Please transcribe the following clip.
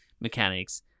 mechanics